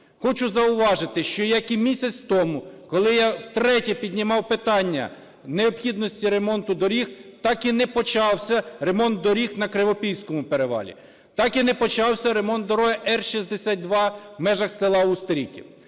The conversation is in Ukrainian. Хочу зауважити, що як і місяць тому, коли я втретє піднімав питання необхідності ремонту доріг, так і не почався ремонт доріг на Кривопільському перевалі, так і не почався ремонт дороги Р62 в межах села Устеріки,